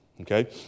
Okay